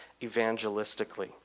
evangelistically